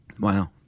Wow